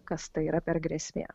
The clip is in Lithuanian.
kas tai yra per grėsmė